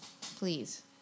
please